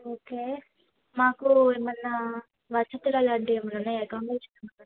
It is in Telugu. ఓకే మాకు ఏమైనా వసతులు అలాంటివి ఏమైనా ఉన్నాయా అకామిడేషన్